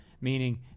meaning